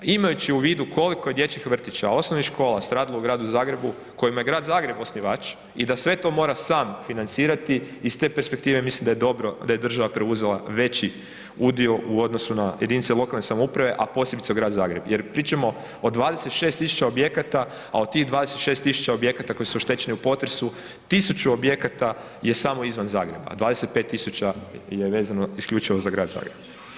Imajuću u vidu koliko je dječjih vrtića, osnovnih škola stradalo u gradu Zagrebu, kojima je grad Zagreb osnivač i da sve to mora sam financirati, iz te perspektive mislim da je dobro da je država preuzela veći udio u odnosu na jedinice lokalne samouprave, a posebice grad Zagreb jer pričamo o 26 tisuća objekata, a od tih 26 tisuća objekata koji su oštećeni u potresu, 100 objekata je samo izvan Zagreba, a 25 tisuća je vezano isključivo za grad Zagreb.